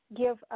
give